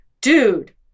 dude